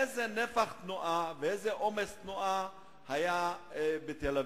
איזה נפח תנועה ואיזה עומס תנועה היו בתל-אביב.